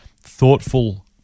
thoughtful